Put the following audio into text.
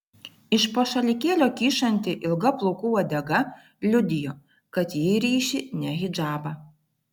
iš po šalikėlio kyšanti ilga plaukų uodega liudijo kad ji ryši ne hidžabą